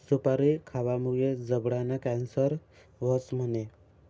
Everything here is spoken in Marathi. सुपारी खावामुये जबडाना कॅन्सर व्हस म्हणे?